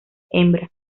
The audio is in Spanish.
hembras